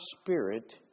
spirit